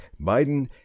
Biden